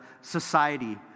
society